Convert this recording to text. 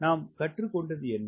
நாம் கற்றுக்கொண்டது என்ன